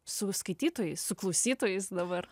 su skaitytojais su klausytojais dabar